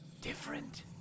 different